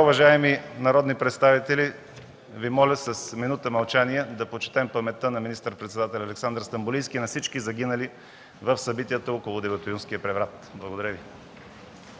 Уважаеми народи представители, сега Ви моля с минута мълчание да почетем паметта на министър-председателя Александър Стамболийски и на всички загинали в събитията около Деветоюнския преврат. Благодаря Ви.